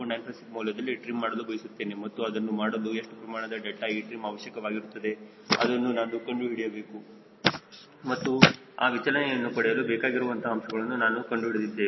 956 ಮೌಲ್ಯದಲ್ಲಿ ಟ್ರಿಮ್ ಮಾಡಲು ಬಯಸುತ್ತೇನೆ ಮತ್ತು ಅದನ್ನು ಮಾಡಲು ಎಷ್ಟು ಪ್ರಮಾಣದ 𝛿etrim ಅವಶ್ಯಕವಾಗಿರುತ್ತದೆ ಅದನ್ನು ನಾನು ಕಂಡುಹಿಡಿಯಬೇಕು ಮತ್ತು ಆ ವಿಚಲನೆಯನ್ನು ಪಡೆಯಲು ಬೇಕಾಗಿರುವಂತಹ ಅಂಶಗಳನ್ನು ನಾವು ಕಂಡುಹಿಡಿದಿದ್ದೇವೆ